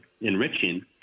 enriching